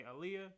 Aaliyah